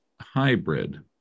hybrid